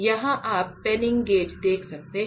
यहाँ आप Penning gauge देख सकते हैं